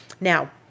Now